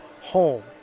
home